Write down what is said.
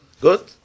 Good